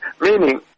meaning